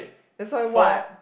that's why what